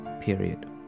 period